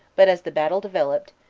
but as the battle developed,